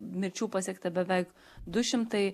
mirčių pasiekta beveik du šimtai